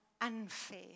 unfair